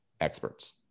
experts